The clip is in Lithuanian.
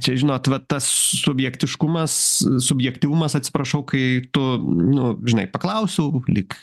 čia žinot va tas subjektiškumas subjektyvumas atsiprašau kai tu nu žinai paklausiau lyg